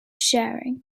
sharing